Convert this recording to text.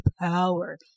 power